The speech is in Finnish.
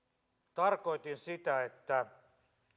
tarkoitin sitä että